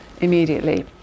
immediately